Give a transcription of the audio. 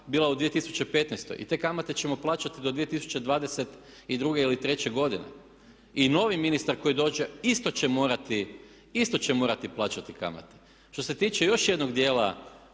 bila u 2015. I te kamate ćemo plaćati do 2022. ili 2023. godine. I novi ministar koji dođe isto će morati plaćati kamate. Što se tiče još jednog dijela